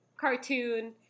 cartoon